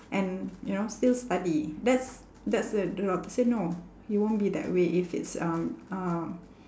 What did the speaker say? and you know still study that's that's the the doctor say no he won't be that way if it's um uh